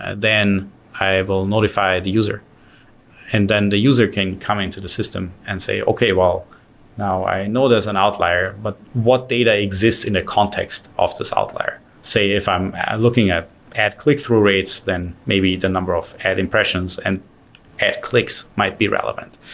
then i will notify the user and then the user can come into the system and say, okay, well now i know there's an outlier, but what data exists in a context of this outlier? if i'm looking at ad click-through rates, then maybe the number of ad impressions and ad clicks might be relevant.